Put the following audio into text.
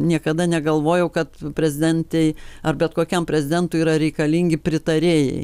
niekada negalvojau kad prezidentei ar bet kokiam prezidentui yra reikalingi pritarėjai